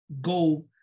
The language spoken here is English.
go